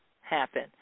happen